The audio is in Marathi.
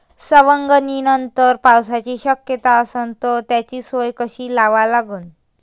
सवंगनीनंतर पावसाची शक्यता असन त त्याची सोय कशी लावा लागन?